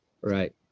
Right